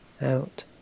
out